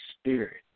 spirit